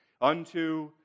unto